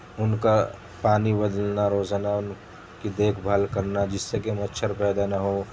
ان کا پانی بدلنا روزانہ ان کی دیکھ بھال کرنا جس سے کہ مچھر پیدا نہ ہو